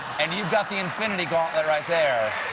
and you've got the infinity gauntlet right there.